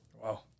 Wow